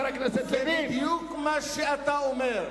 זה בדיוק מה שאתה אומר.